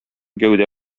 гәүдә